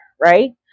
right